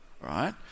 Right